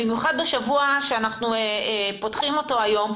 במיוחד בשבוע שאנחנו פותחים היום,